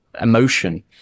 emotion